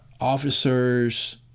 officers